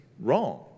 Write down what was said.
wrong